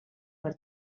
per